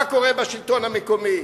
מה קורה בשלטון המקומי?